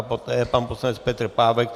Poté pan poslanec Petr Pávek.